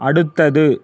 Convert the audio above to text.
அடுத்தது